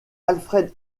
alfred